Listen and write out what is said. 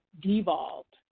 devolved